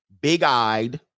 big-eyed